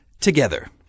together